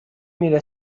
میره